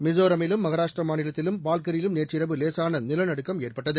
மிஸோராமிலும் மகாராஷ்ட்டிரா மாநிலம் பால்கரிலும் நேற்றிரவு லேசான நிலநடுக்கம் ஏற்பட்டது